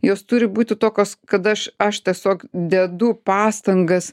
jos turi būti tokios kad aš aš tiesiog dedu pastangas